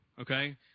okay